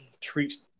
treats